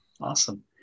awesome